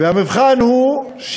והמבחן הוא,